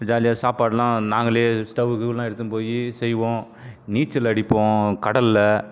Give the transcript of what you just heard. ஜாலியாக சாப்பாடெலாம் நாங்களே ஸ்டவ்வு கிவ்வுலாம் எடுத்துன்னு போய் செய்வோம் நீச்சல் அடிப்போம் கடலில்